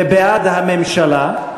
ובעד הממשלה,